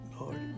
Lord